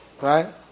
right